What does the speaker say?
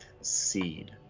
seed